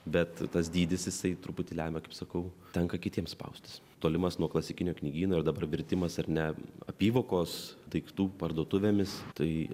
bet tas dydis jisai truputį lemia kaip sakau tenka kitiems spaustis tolimas nuo klasikinio knygyno ir dabar virtimas ar ne apyvokos daiktų parduotuvėmis tai